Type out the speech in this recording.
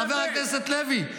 חבר הכנסת לוי,